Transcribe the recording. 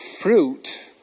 fruit